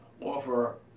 offer